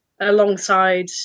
alongside